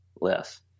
less